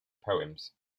poems